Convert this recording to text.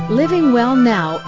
livingwellnow